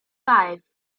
five